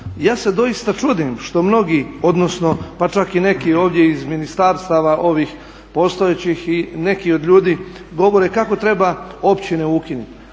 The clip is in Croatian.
Ja se doista čudim što mnogi, odnosno pa čak i neki ovdje iz ministarstava ovih postojećih i neki od ljudi govore kako treba općine ukinuti.